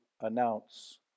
announce